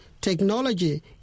Technology